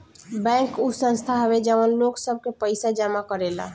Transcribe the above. bank उ संस्था हवे जवन लोग सब के पइसा जमा करेला